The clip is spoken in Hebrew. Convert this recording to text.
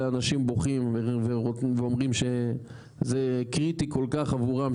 אנשים בוכים ואומרים שזה קריטי כל-כך עבורם,